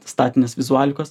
statinės vizualikos